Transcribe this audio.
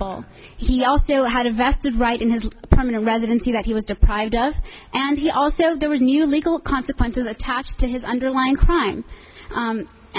e he also had a vested right in his permanent residency that he was deprived of and he also there was new legal consequences attached to his underlying crime